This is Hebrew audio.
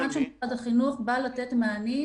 השולחן של משרד החינוך בא לתת מענים